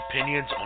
opinions